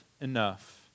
enough